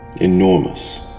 enormous